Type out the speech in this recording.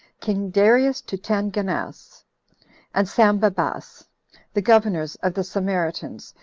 king darius to tanganas and sambabas, the governors of the sainaritans,